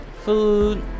food